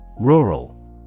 Rural